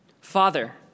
Father